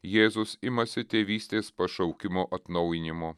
jėzus imasi tėvystės pašaukimo atnaujinimo